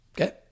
okay